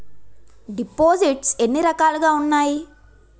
దిపోసిస్ట్స్ ఎన్ని రకాలుగా ఉన్నాయి?